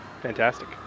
fantastic